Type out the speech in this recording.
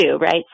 Right